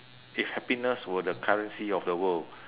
if happiness were the currency of the world